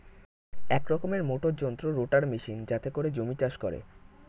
এক রকমের মোটর যন্ত্র রোটার মেশিন যাতে করে জমি চাষ করে